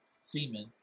semen